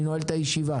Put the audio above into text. אני נועל את הישיבה.